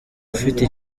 ufite